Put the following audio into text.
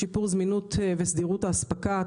שיפור זמינות וסדירות ההספקה,